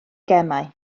gemau